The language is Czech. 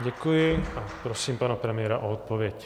Děkuji a prosím pana premiéra o odpověď.